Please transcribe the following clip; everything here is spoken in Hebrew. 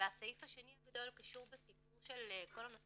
והסעיף השני הגדול קשור בסיפור של כל הנושא